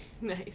Nice